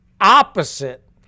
opposite